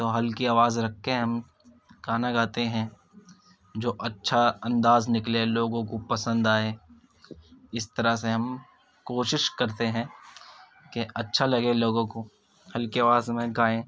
تو ہلکی آواز رکھ کے ہم کھانا کھاتے ہیں جو اچّھا انداز نکلے لوگوں کو پسند آئے اس طرح سے ہم کوشش کرتے ہیں کہ اچّھا لگے لوگوں کو ہلکی آواز میں گائیں